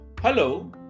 Hello